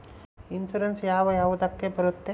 Insurance ಯಾವ ಯಾವುದಕ್ಕ ಬರುತ್ತೆ?